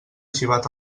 arxivat